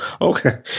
Okay